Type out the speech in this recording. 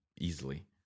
easily